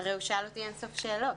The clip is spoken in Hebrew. הרי הוא שאל אותי אין-סוף שאלות.